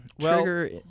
Trigger